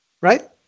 right